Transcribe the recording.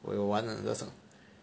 我有玩啦那时候